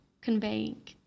conveying